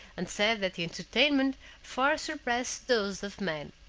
and said that the entertainment far surpassed those of man.